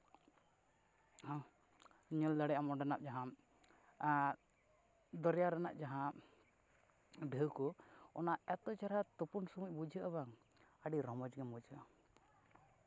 ᱟᱢ ᱧᱮᱞ ᱫᱟᱲᱮᱭᱟᱜ ᱟᱢ ᱚᱸᱰᱮᱱᱟᱜ ᱡᱟᱦᱟᱸ ᱫᱚᱨᱭᱟ ᱨᱮᱱᱟᱜ ᱡᱟᱦᱟᱸ ᱰᱷᱮᱣ ᱠᱚ ᱚᱱᱟ ᱮᱛᱚ ᱪᱮᱨᱦᱟ ᱛᱳᱯᱳᱱ ᱥᱚᱢᱚᱭ ᱵᱩᱡᱷᱟᱹᱜᱼᱟ ᱵᱟᱝ ᱟᱹᱰᱤ ᱨᱚᱢᱚᱡᱽ ᱜᱮᱢ ᱵᱩᱡᱷᱟᱹᱣᱟ